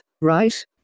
right